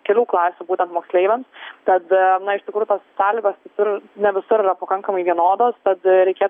kelių klasių būtent moksleiviams tada na ištikrųjų tos sąlygos kitur ne visur yra pakankamai vienodos tad reikėt